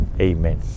Amen